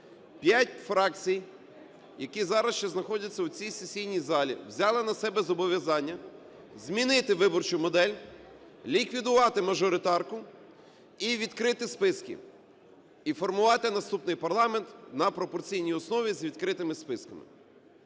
п'ять фракцій, які зараз ще знаходяться у цій сесійній залі, взяли на себе зобов'язання змінити виборчу модель, ліквідувати мажоритарку і відкрити списки, і формувати наступний парламент на пропорційній основі з відкритими списками.